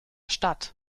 stadt